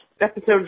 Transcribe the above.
episode